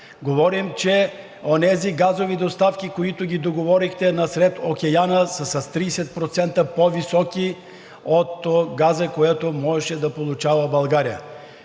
Говорим, че онези газови доставки, които ги договорихте насред океана, са с 30% по-високи от газа, който можеше да получава България.